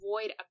avoid